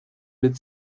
mid